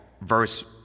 verse